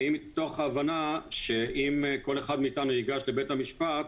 ואם מתוך הבנה שאם כל אחד מאתנו ייגש לבית המשפט,